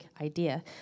idea